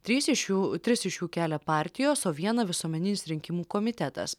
trys iš jų tris iš jų kelia partijos o vieną visuomeninis rinkimų komitetas